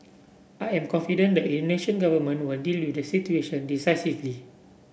I am confident the Indonesian Government will deal with the situation decisively